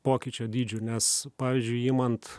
pokyčio dydžiu nes pavyzdžiui imant